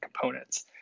components